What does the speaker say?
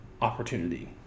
opportunity